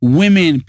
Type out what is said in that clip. women